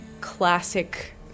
classic